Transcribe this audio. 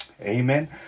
amen